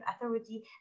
authority